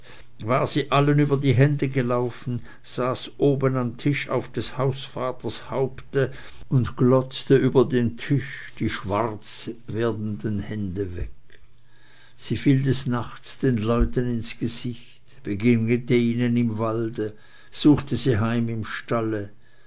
war sie allen über die hände gelaufen saß oben am tisch auf des hausvaters haupte und glotzte über den tisch die schwarz werdenden hände weg sie fiel des nachts den leuten ins gesicht begegnete ihnen im walde suchte sie heim im stalle